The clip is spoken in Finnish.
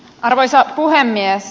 arvoisa puhemies